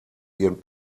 ihren